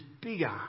bigger